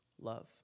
love